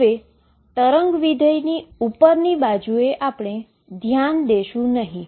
હવે વેવ ફંક્શનની ઉપરની બાજુ આપણે ધ્યાન દેશુ નહી